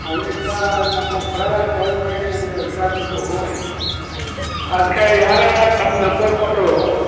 ಅದರಿಂದಾ ನಮ್ಮ ಕೊಳಗಾಲ್ದ ಟೌನ್ನೊಳಗೆ ನಮಗೆ ಹತ್ತಿರ ಆಗಬೇಕೂ ಬೇಕು ಅದಕ್ಕಾಗಿ ಯಾರೋ ತಮ್ಮ ನಂಬರ್ ಕೊಟ್ಟರೂ